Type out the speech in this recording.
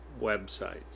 websites